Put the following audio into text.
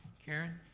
karen,